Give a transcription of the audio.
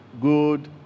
good